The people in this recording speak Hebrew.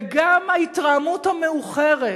וגם ההתרעמות המאוחרת